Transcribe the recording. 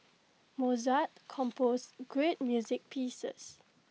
Mozart composed great music pieces